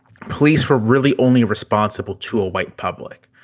police were really only responsible chool white public.